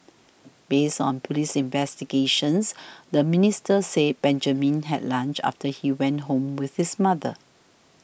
based on police investigations the minister said Benjamin had lunch after he went home with his mother